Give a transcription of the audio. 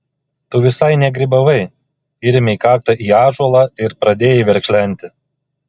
tu visai negrybavai įrėmei kaktą į ąžuolą ir pradėjai verkšlenti